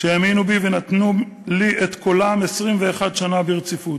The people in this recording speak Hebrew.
שהאמינו בי ונתנו לי את קולם 21 שנה ברציפות.